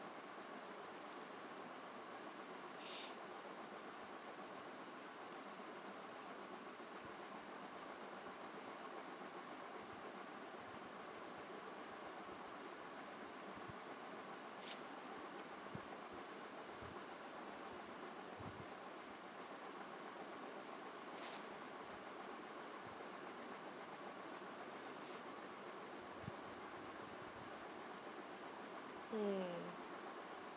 mm